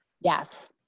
Yes